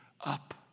up